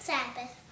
Sabbath